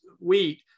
wheat